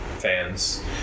Fans